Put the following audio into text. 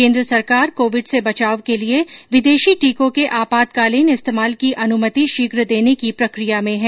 केन्द्र सरकार कोविड से बचाव के लिए विदेशी टीकों के आपातकालीन इस्तेमाल की अनुमति शीघ्र देने की प्रक्रिया में है